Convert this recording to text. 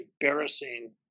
embarrassing